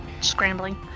scrambling